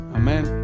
amen